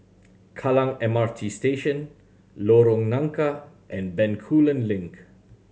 Kallang M R T Station Lorong Nangka and Bencoolen Link